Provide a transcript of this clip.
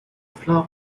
frog